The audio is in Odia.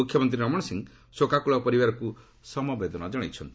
ମୁଖ୍ୟମନ୍ତ୍ରୀ ରମଣ ସିଂ ଶୋକାକୃଳ ପରିବାରକ୍ତ ସମବେଦନା ଜଣାଇଛନ୍ତି